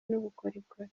n’ubukorikori